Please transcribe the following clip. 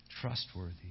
trustworthy